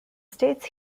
states